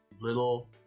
Little